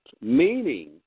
Meaning